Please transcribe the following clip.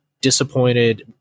disappointed